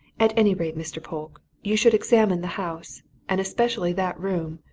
at any rate, mr. polke, you should examine the house and especially that room,